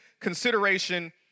consideration